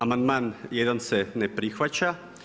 Amandman 1 se ne prihvaća.